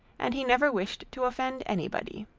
and he never wished to offend anybody,